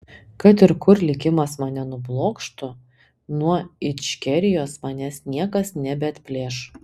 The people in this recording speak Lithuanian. kad ir kur likimas mane nublokštų nuo ičkerijos manęs niekas nebeatplėš